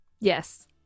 Yes